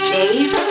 Days